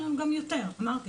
היה לנו גם יותר אמרתי,